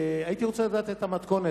הייתי רוצה לדעת את המתכונת.